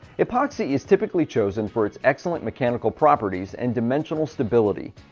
epoxy is typically chosen for its excellent mechanical properties and dimensional stability.